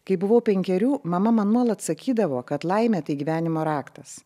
kai buvau penkerių mama man nuolat sakydavo kad laimė tai gyvenimo raktas